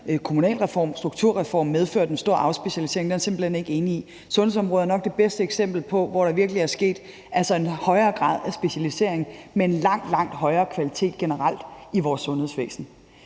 kommunalreform, strukturreform, medførte en stor afspecialisering, er jeg simpelt hen ikke enig i. Sundhedsområdet er nok det bedste eksempel på et område, hvor der virkelig er sket en højere grad af specialisering med en langt, langt højere kvalitet generelt i vores sundhedsvæsen